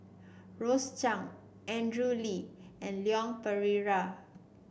Rose Chan Andrew Lee and Leon Perera